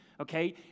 okay